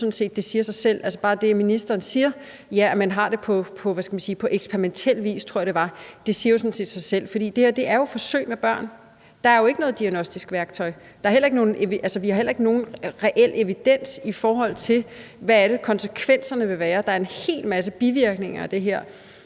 det siger sig selv bare ved det, at ministeren siger, at man bare har det på eksperimentel vis, tror jeg det var, for det her er jo forsøg med børn. Der er jo ikke noget diagnostisk værktøj. Vi har heller ikke nogen reel evidens, i forhold til hvad konsekvenserne vil være. Der er en hel masse bivirkninger af det her,